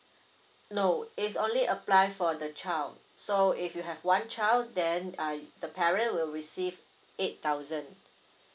no is only apply for the child so if you have one child then uh the parent will receive eight thousand